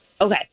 Okay